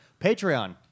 Patreon